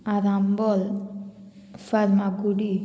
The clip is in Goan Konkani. आरांबोल फर्मागुडी